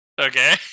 okay